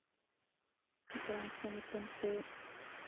ᱦᱟᱯᱲᱟᱢ ᱠᱚ ᱧᱩᱛᱩᱢᱛᱮ